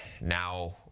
now